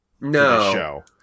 No